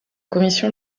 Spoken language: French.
commission